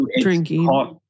drinking